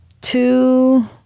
two